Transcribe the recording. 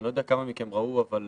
אני לא יודע כמה מכם ראו, אבל